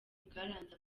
bwaranze